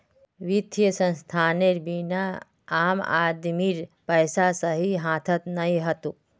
वित्तीय संस्थानेर बिना आम आदमीर पैसा सही हाथत नइ ह तोक